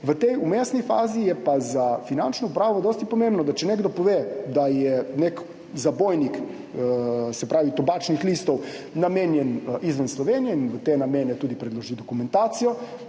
V tej vmesni fazi je pa za Finančno upravo dosti pomembno, da če nekdo pove, da je nek zabojnik, se pravi tobačnih listov, namenjen izven Slovenije in v te namene tudi predloži dokumentacijo,